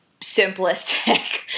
simplistic